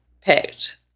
picked